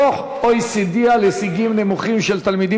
דוח ה-OECD על הישגים נמוכים של תלמידים